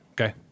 Okay